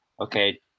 Okay